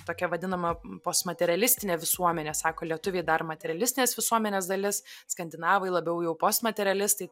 tokia vadinama postmaterialistinė visuomenė sako lietuviai dar materialistinės visuomenės dalis skandinavai labiau jau postmaterialistai